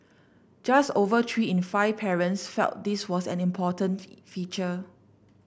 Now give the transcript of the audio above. just over three in five parents felt this was an important feature